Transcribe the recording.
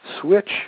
switch